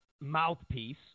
mouthpiece